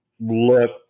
look